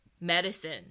medicine